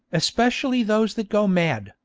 especially those that go mad,